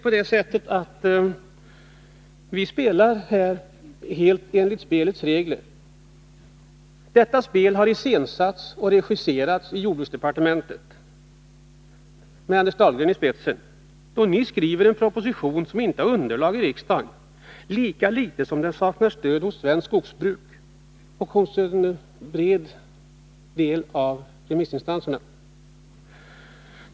Vi spelar här helt enligt spelets regler. Detta spel har iscensatts och regisserats av jordbruksdepartementet, med Anders Dahlgren ispetsen! Ni har skrivit en proposition som inte har underlag i riksdagen, lika litet som den har stöd hos svenskt skogsbruk och hos en stor del av remissinstanserna!